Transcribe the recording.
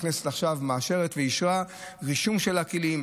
הכנסת עכשיו מאשרת ואישרה רישום של הכלים,